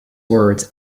words